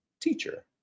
teacher